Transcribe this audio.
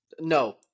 No